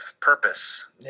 purpose